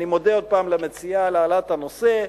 אני מודה עוד פעם למציעה על העלאת הנושא.